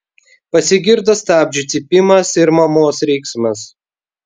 pasigirdo stabdžių cypimas ir mamos riksmas